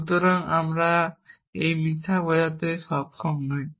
সুতরাং আমরা এই মিথ্যা করতে সক্ষম নই